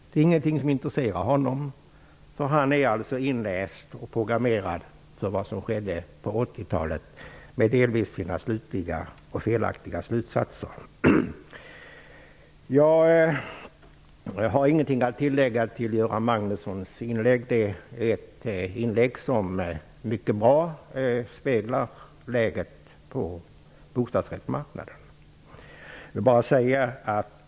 Detta är inget som intresserar honom, för han är inläst och programmerad för vad som skedde på 80-talet. Han drar delvis felaktiga slutsatser. Jag har inget att tillägga till Göran Magnussons inlägg, som var mycket bra. Det speglar läget på bostadsrättsmarknaden.